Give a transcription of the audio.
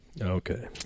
Okay